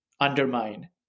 undermine